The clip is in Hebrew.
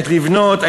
עת לבנות,